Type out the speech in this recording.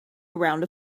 around